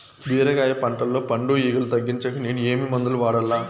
బీరకాయ పంటల్లో పండు ఈగలు తగ్గించేకి నేను ఏమి మందులు వాడాలా?